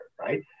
right